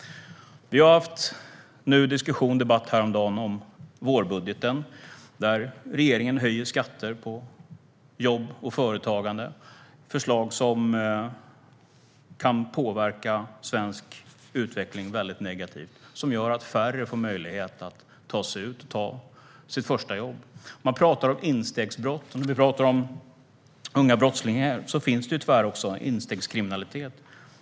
Häromdagen hade vi debatt om vårbudgeten, där regeringen höjer skatter på jobb och företagande. Det är förslag som kan påverka svensk utveckling väldigt negativt och göra att färre får möjlighet att ta sig ut och få sitt första jobb. Man talar om instegsjobb, och när det gäller unga brottslingar finns det tyvärr också instegskriminalitet.